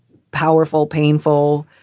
powerful, painful.